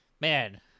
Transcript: man